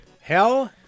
Hell